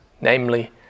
namely